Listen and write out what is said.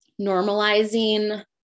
normalizing